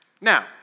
now